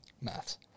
math